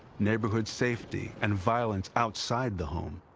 neighborhood safety and violence outside the home,